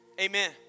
Amen